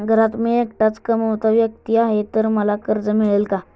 घरात मी एकटाच कमावता व्यक्ती आहे तर मला कर्ज मिळेल का?